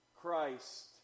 Christ